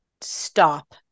stop